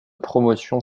promotion